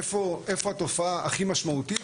איפה התופעה הכי משמעותית,